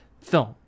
film